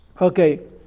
Okay